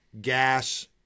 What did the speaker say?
gas